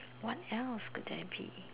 what else could that be